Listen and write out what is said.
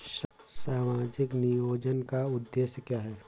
सामाजिक नियोजन का उद्देश्य क्या है?